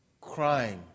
crime